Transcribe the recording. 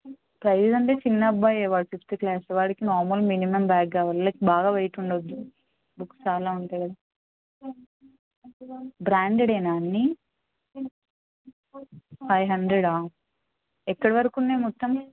praise అంటే చిన్న అబ్బాయే వాడు సిక్స్త్ క్లాస్ వాడికి నార్మల్ మినిమమ్ బ్యాగ్ కావాలి లైక్ బాగా వెయిట్ ఉండవద్దు బుక్స్ చాలా ఉంటాయి కదా బ్రాండెడ్వేనా అన్నీ ఫైవ్ హండ్రెడా ఎక్కడ వరకు ఉన్నాయి మొత్తం